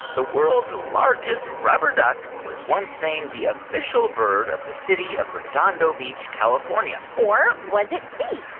the world's largest rubber duck was once named the official bird of the city of redondo beach, calif? or and or was it c,